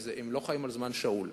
כי הם לא חיים על זמן שאול.